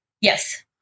Yes